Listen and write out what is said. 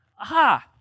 aha